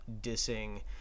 dissing